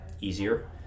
easier